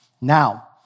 Now